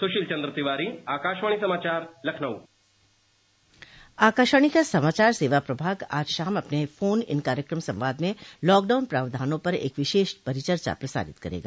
सुशील चन्द्रद तिवारी आकाशवाणी समाचार लखनऊ आकाशवाणी का समाचार सेवा प्रभाग आज शाम अपने फोन इन कार्यक्रम संवाद में लॉकडाउन प्रावधानों पर एक विशेष परिचर्चा प्रसारित करेगा